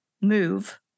move